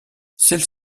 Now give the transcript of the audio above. celle